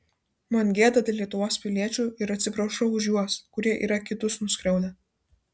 man gėda dėl lietuvos piliečių ir atsiprašau už juos kurie yra kitus nuskriaudę